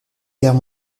guerre